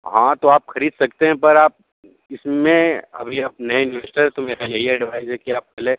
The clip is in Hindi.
हाँ तो आप खरीद सकते हैं पर आप इसमें अभी आप नए इन्वेस्टर है तो मेरा यही एडवाइस है कि आप पहले